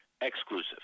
exclusive